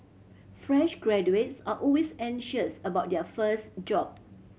fresh graduates are always anxious about their first job